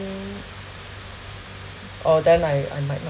orh then I I might not